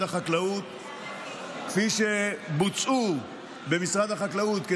החקלאות וכפי שבוצעו במשרד החקלאות,